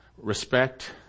respect